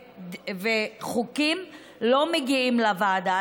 וחוקים לא מגיעים לוועדה.